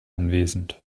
anwesend